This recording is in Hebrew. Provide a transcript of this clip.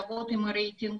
לעבוד עם הרייטינג,